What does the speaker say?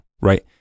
Right